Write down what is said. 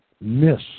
miss